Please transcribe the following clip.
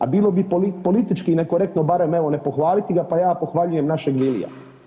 A bilo bi politički nekorektno barem evo ne pohvaliti ga, pa ja pohvaljujem našeg Vilija.